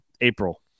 April